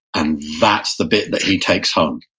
and that's the bit that he takes home.